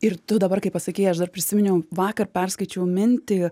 ir tu dabar kai pasakei aš dar prisiminiau vakar perskaičiau mintį